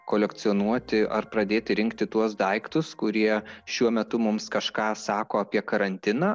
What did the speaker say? kolekcionuoti ar pradėti rinkti tuos daiktus kurie šiuo metu mums kažką sako apie karantiną